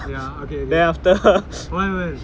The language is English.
ya okay okay okay what happen